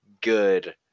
good